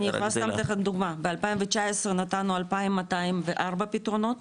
אני רק אתן לך דוגמא, ב-2019 נתנו 2,204 פתרונות